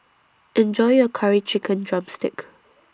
Enjoy your Curry Chicken Drumstick